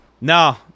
No